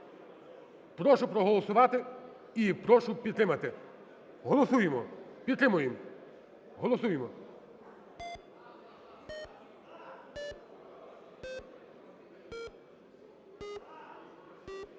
Прошу проголосувати і прошу підтримати. Голосуємо, підтримуємо, голосуємо.